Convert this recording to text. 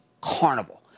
Carnival